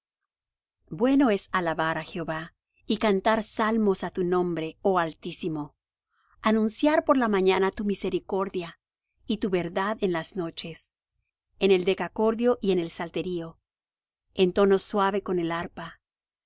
bueno es alabar á jehová y cantar salmos á tu nombre oh altísimo anunciar por la mañana tu misericordia y tu verdad en las noches en el decacordio y en el salterio en tono suave con el arpa